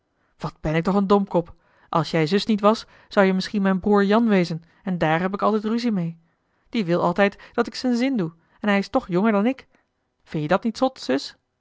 wat ben ik toch een domkop als jij zus niet was zou-je misschien mijn broer jan wezen en daar heb ik altijd ruzie mee die wil altijd dat ik z'n zin doe en hij is toch jonger dan ik vind-je dat niet zot zus